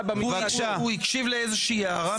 הוא הקשיב לאיזושהי הערה מקצועית?